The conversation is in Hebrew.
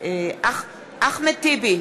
אחמד טיבי,